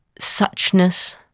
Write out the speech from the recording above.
suchness